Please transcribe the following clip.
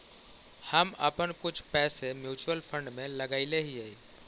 हम अपन कुछ पैसे म्यूचुअल फंड में लगायले हियई